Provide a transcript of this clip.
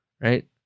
Right